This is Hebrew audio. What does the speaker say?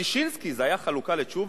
ששינסקי זה היה חלוקה לתשובה?